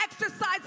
exercise